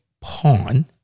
pawn